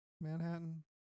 Manhattan